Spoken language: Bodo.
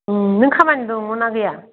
नों खामानि दङ ना गैया